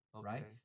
right